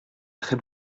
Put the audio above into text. très